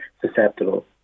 susceptible